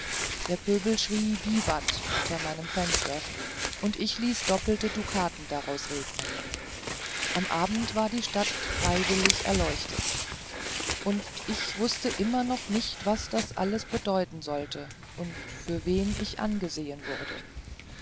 der pöbel schrie vivat unter meinem fenster und ich ließ doppelte dukaten daraus regnen am abend war die stadt freiwillig erleuchtet und ich wußte immer noch nicht was das alles bedeuten sollte und für wen ich angesehen wurde